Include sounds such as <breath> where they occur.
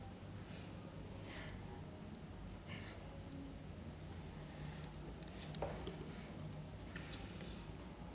<breath>